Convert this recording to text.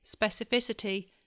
specificity